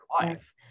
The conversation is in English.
life